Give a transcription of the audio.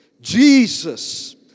Jesus